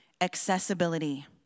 accessibility